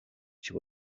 she